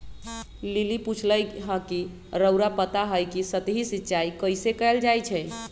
lily पुछलई ह कि रउरा पता हई कि सतही सिंचाई कइसे कैल जाई छई